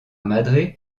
madre